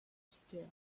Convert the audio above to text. still